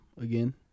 Again